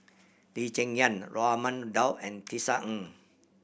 Lee Cheng Yan Raman Daud and Tisa Ng